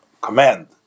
command